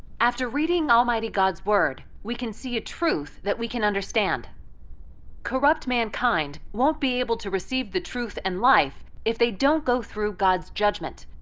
after reading almighty god's word, we can see a truth that we can understand corrupt mankind won't be able to receive the truth and life if they don't go through god's judgment.